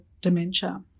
dementia